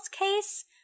case—